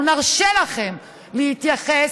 או נרשה לכם להתייחס,